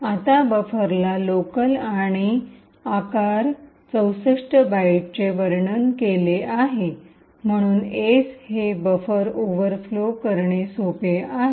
आता बफरला लोकल आणि आकार 64 बाइटचे वर्णन केले आहे म्हणून एसला हे बफर ओव्हरफ्लो करणे सोपे आहे